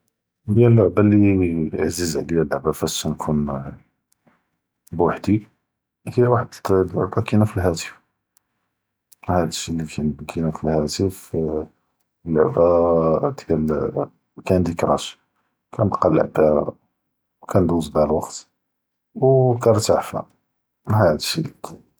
הד’יק היא אלעבא לי עזיזה היא אלעבא פאש נكون בוהדי פיהא וואחד אלעבא קיינה פ לטלפון, אלעבא דיאל קאנדי קראש, כנהבקי נלעבא ו כנדוז בהא אלוווקט ו כנתעפא הד’יק שי קלן.